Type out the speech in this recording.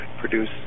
produce